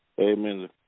Amen